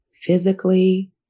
physically